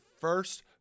first